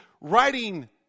writing